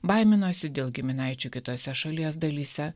baiminosi dėl giminaičių kitose šalies dalyse